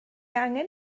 angen